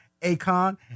Akon